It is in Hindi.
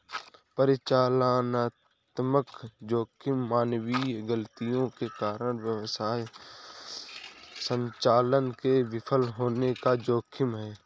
परिचालनात्मक जोखिम मानवीय गलतियों के कारण व्यवसाय संचालन के विफल होने का जोखिम है